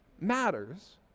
matters